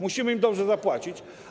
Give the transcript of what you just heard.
Musimy im dobrze zapłacić.